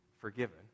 forgiven